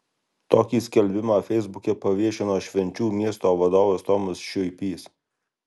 tokį skelbimą feisbuke paviešino švenčių miesto vadovas tomas šiuipys